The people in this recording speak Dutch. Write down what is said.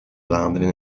vlaanderen